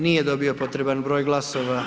Nije dobio potreban broj glasova.